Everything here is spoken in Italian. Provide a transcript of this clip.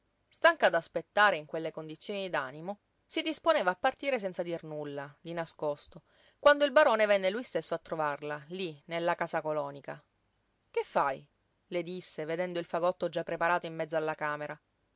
figliuolo stanca d'aspettare in quelle condizioni d'animo si disponeva a partire senza dir nulla di nascosto quando il barone venne lui stesso a trovarla lí nella casa colonica che fai le disse vedendo il fagotto già preparato in mezzo alla camera